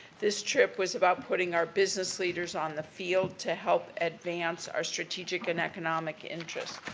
this trip was about putting our business leaders on the field to help advance our strategic and economic interests.